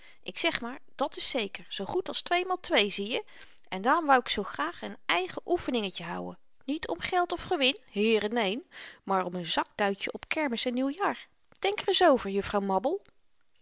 ik zeg maar dàt is zeker zoo goed als twee maal twee zieje en daarom wou k zoo graag n eigen oefeningetje houwen niet om geld of gewin heere neen maar om n zakduitje op kermis en nieuwjaar denk r ns over juffrouw mabbel